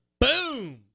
Boom